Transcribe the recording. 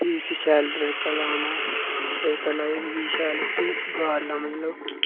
भी उसी शैल तड़का लाना तड़का लाइयै प्ही उसी गालना मतलब